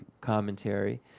commentary